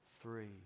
three